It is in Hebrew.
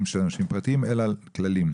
של אנשים פרטיים אלא על דברים כלליים.